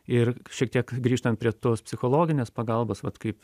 ir šiek tiek grįžtant prie tos psichologinės pagalbos vat kaip